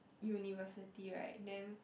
university right then